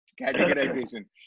categorization